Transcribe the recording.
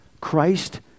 Christ